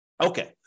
Okay